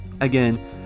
Again